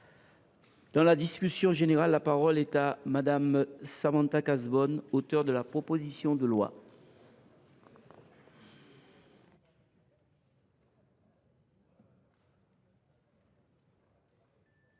Dans la discussion générale, la parole est à Mme Samantha Cazebonne, auteure de la proposition de loi.